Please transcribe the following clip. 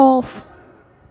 off